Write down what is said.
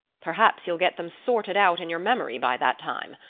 perhaps you'll get them sorted out in your memory by that time.